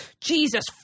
jesus